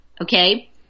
Okay